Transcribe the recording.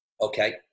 okay